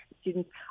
students